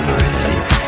resist